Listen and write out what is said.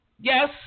yes